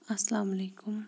اَسَلامُ علیکُم